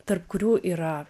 tarp kurių yra